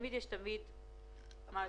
רק